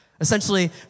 Essentially